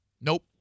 nope